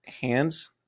hands